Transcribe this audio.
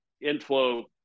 inflow